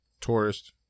tourist